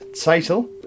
title